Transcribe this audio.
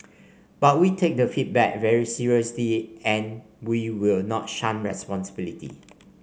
but we take the feedback very seriously and we will not shun responsibility